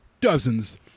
dozens